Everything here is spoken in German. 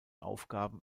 aufgaben